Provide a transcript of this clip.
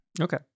Okay